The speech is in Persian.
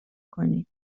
کنید